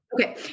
Okay